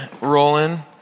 rolling